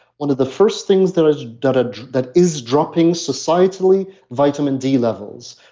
one of the first things that is but that is dropping societally vitamin d levels.